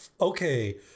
okay